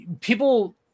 people